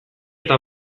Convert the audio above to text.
eta